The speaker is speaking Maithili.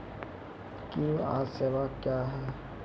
क्यू.आर सेवा क्या हैं?